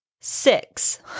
Six